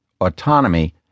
autonomy